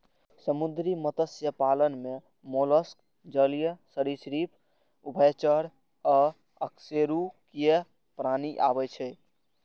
समुद्री मत्स्य पालन मे मोलस्क, जलीय सरिसृप, उभयचर आ अकशेरुकीय प्राणी आबै छै